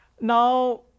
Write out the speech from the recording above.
Now